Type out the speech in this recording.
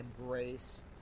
embrace